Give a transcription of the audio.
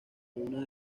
una